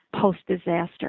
post-disaster